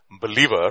believer